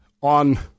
on